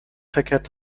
verkehrt